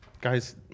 Guys